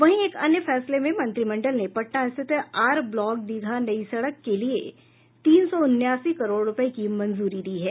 वहीं एक अन्य फैसले में मंत्रिमंडल ने पटना स्थित आर ब्लॉक दीघा नई सड़क के लिए तीन सौ उन्यासी करोड़ रुपये की मंजूरी दी है